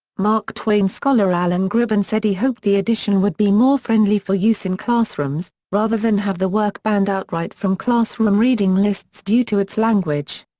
mark twain scholar alan gribben said he hoped the edition would be more friendly for use in classrooms, rather than have the work banned outright from classroom reading lists due to its language.